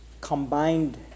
combined